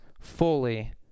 fully